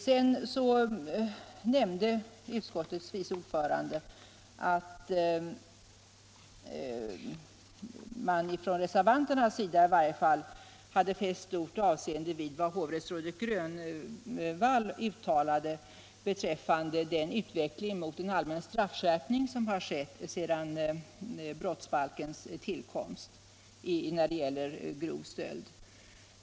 Sedan nämnde utskottets vice ordförande att man från reservanternas sida i varje fall hade fäst stort avseende vid vad hovrättsrådet Grönvall uttalade beträffande den utveckling mot en allmän straffskärpning som har skett i fråga om grov stöld efter brottsbalkens tillkomst.